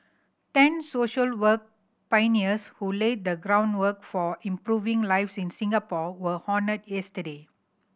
ten social work pioneers who laid the groundwork for improving lives in Singapore were honoured yesterday